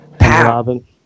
Robin